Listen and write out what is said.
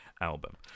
album